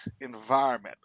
environment